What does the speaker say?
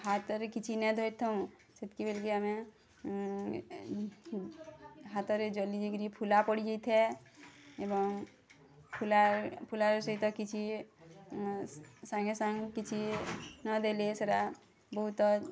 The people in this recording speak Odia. ହାତରେ କିଛି ନାଇଁ ଧରିଥାଉଁ ସେତ୍କି ବେଲ୍କେ ଆମେ ହାତରେ ଜଲି ଯାଇକିରି ଫୁଲା ପଡ଼ି ଯେଇଥାଏ ଏବଂ ଫୁଲା ଫୁଲାର ସଇତ କିଛି ସାଙ୍ଗେ ସାଙ୍ଗେ କିଛି ନ ଦେଲେ ସେଇଟା ବହୁତ